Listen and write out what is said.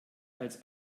als